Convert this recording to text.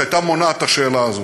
שהייתה מונעת את השאלה הזאת.